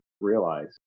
realize